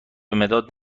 مداد